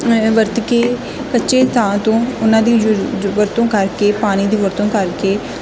ਵਰਤ ਕੇ ਕੱਚੇ ਥਾਂ ਤੋਂ ਉਨ੍ਹਾਂ ਦੀ ਜੁਜੁ ਵਰਤੋਂ ਕਰਕੇ ਪਾਣੀ ਦੀ ਵਰਤੋਂ ਕਰਕੇ